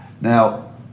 Now